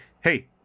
hey